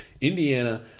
Indiana